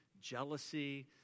jealousy